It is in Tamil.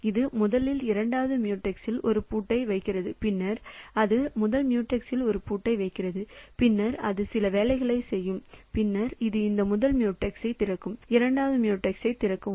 இது முதலில் இரண்டாவது மியூடெக்ஸில் ஒரு பூட்டை வைக்கிறது பின்னர் அது முதல் மியூடெக்ஸில் ஒரு பூட்டை வைக்கிறது பின்னர் அது சில வேலைகளைச் செய்யும் பின்னர் இது இந்த முதல் மியூடெக்ஸைத் திறக்கும் இரண்டாவது மியூடெக்ஸைத் திறக்கவும்